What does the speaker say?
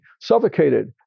suffocated